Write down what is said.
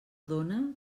dóna